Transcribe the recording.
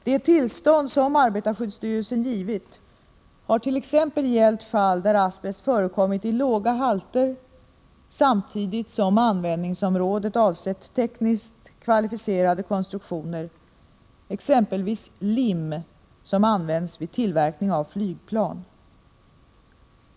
De tillstånd som arbetarskyddsstyrelsen givit har t.ex. gällt fall där asbest förekommit i låga halter samtidigt som användningsområdet avsett tekniskt kvalificerade konstruktioner, exempelvis lim som används vid tillverkning av flygplan.